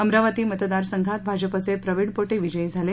अमरावती मतदार संघात भाजपाचे प्रवीण पोटे विजयी झाले